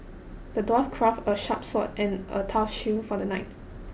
the dwarf crafted a sharp sword and a tough shield for the knight